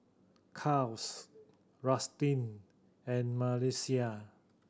Kaels Rustin and Melissia